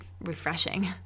refreshing